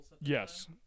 Yes